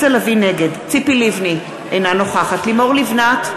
נגד ציפי לבני, אינה נוכחת לימור לבנת,